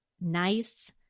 nice